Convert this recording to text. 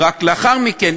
ורק לאחר מכן,